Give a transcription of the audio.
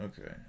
Okay